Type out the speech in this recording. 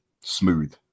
smooth